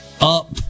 up